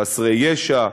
חסרי ישע,